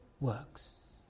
works